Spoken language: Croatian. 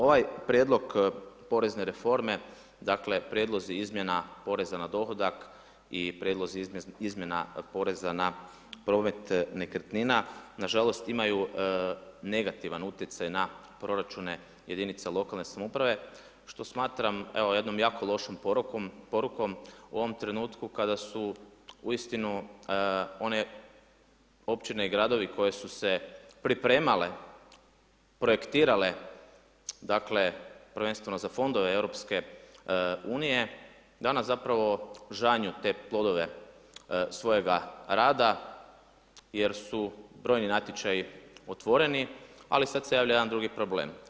Ovaj prijedlog porezne reforme, dakle prijedlozi izmjena poreza na dohodak i prijedlozi izmjena poreza na promet nekretnina, nažalost imaju negativan utjecaj na proračune jedinica lokalne samouprave što smatram evo jednom jako lošom porukom u ovom trenutku kada su uistinu one općine i gradovi koji su se pripremale, projektirale, dakle prvenstveno za fondove EU-a, danas zapravo žanju te plodove svojega rada jer su brojni natječaju otvoreni ali sad se javlja jedan drugi problem.